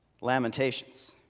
lamentations